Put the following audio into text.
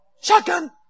Shotgun